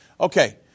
Okay